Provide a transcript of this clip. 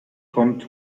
kommt